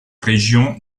région